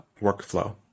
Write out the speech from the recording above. workflow